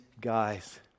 guys